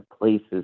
places